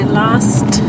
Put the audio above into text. last